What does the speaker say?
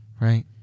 Right